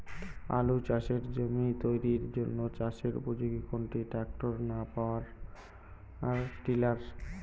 আলু চাষের জমি তৈরির জন্য চাষের উপযোগী কোনটি ট্রাক্টর না পাওয়ার টিলার?